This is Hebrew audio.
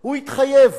הוא התחייב